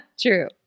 true